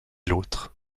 l’autre